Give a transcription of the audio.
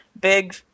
big